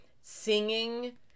singing